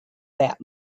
that